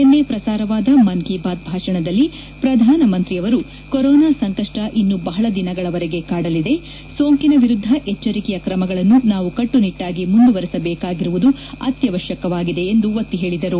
ನಿನ್ನೆ ಪ್ರಸಾರವಾದ ಮನ್ ಕಿ ಬಾತ್ ಭಾಷಣದಲ್ಲಿ ಪ್ರದಾನ ಮಂತ್ರಿಯವರು ಕೊರೋನಾ ಸಂಕಪ್ಪ ಇನ್ನು ಬಹಳ ದಿನಗಳವರೆಗೆ ಕಾಡಲಿದೆ ಸೋಂಕಿನ ವಿರುದ್ದ ಎಚ್ವರಿಕೆಯ ಕ್ರಮಗಳನ್ನು ನಾವು ಕಟ್ಟುನಿಟ್ಟಾಗಿ ಮುಂದುವರೆಸ ಬೇಕಾಗಿರುವುದು ಅತ್ತವಶ್ವಕವಾಗಿದೆ ಎಂದು ಒತ್ತಿ ಹೇಳಿದರು